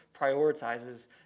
prioritizes